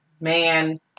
man